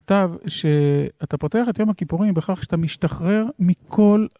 טוב שאתה פותח את יום הכיפורים בכך שאתה משתחרר מכל...